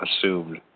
assumed